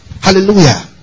Hallelujah